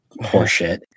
horseshit